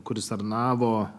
kuris tarnavo